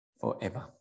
forever